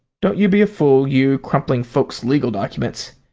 don't you be a fool, you! crumpling folkses legal documents.